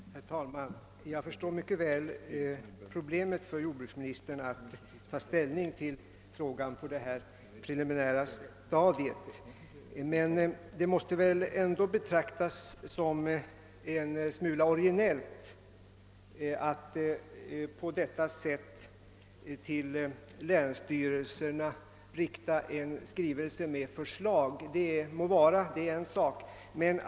Herr talman! Jag förstår mycket väl problemet för jordbruksministern att ta ställning till frågan på det här preliminära stadiet. Det måste väl ändå betraktas som en smula originellt att skriva till länsstyrelserna och framlägga ett preliminärt förslag, men det må så vara.